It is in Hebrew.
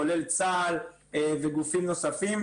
כולל צה"ל וגופים נוספים,